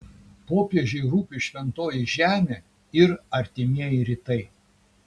popiežiui rūpi šventoji žemė ir artimieji rytai